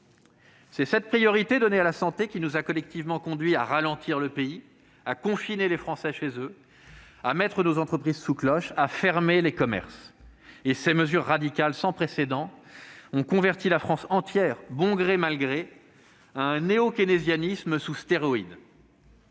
C'est cette priorité donnée à la santé qui nous a collectivement conduits à ralentir le pays, à confiner les Français chez eux, à mettre nos entreprises sous cloche, à fermer les commerces. Et ces mesures radicales sans précédent ont converti la France entière, bon gré mal gré, à un néo-keynésianisme sous stéroïdes.